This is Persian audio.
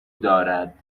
دارد